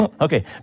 Okay